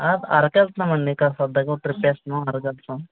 అరకు వెళ్తున్నామండి కాస్త సరదాగా ఒక ట్రిప్ వేస్తున్నాం అరకు వెళ్తున్నాం